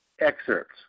excerpts